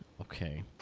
Okay